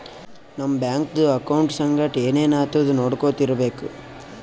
ನಮ್ ಬ್ಯಾಂಕ್ದು ಅಕೌಂಟ್ ಸಂಗಟ್ ಏನ್ ಏನ್ ಆತುದ್ ನೊಡ್ಕೊತಾ ಇರ್ಬೇಕ